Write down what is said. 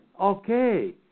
Okay